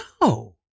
No